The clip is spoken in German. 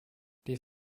dies